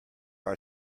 are